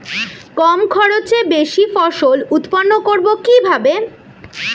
কম খরচে বেশি ফসল উৎপন্ন করব কিভাবে?